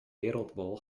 wereldbol